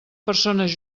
persones